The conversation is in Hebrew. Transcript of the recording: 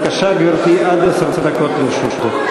בבקשה, גברתי, עד עשר דקות לרשותך.